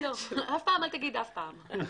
אף פעם אל תגיד אף פעם.